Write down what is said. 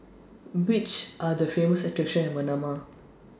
Which Are The Famous attractions in Manama